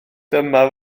dyma